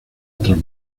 otras